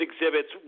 exhibits